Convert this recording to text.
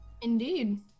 Indeed